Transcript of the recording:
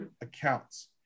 accounts